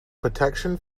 protection